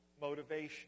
motivation